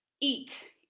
eat